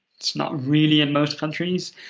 it's not really in most countries.